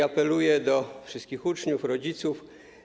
Apeluję do wszystkich uczniów, rodziców.